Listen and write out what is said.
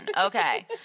Okay